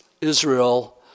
Israel